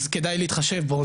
אז כדאי להתחשב בו,